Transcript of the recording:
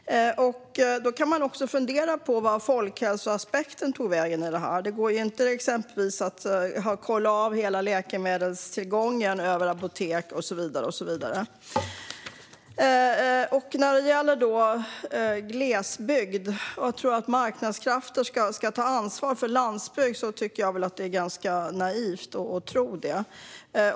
Man kan fundera på vart folkhälsoaspekten tog vägen i detta. Det går exempelvis inte att kolla av hela läkemedelstillgången bland apoteken. När det gäller glesbygden och att tro att marknadskrafter ska ta ansvar för landsbygden tycker jag att det är ganska naivt.